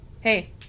hey